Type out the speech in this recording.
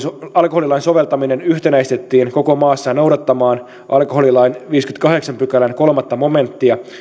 alkoholilain soveltaminen yhtenäistettiin koko maassa noudattamaan alkoholilain viidennenkymmenennenkahdeksannen pykälän kolmas momenttia